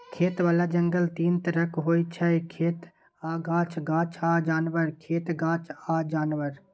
खेतबला जंगल तीन तरहक होइ छै खेत आ गाछ, गाछ आ जानबर, खेत गाछ आ जानबर